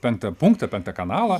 penktą punktą penktą kanalą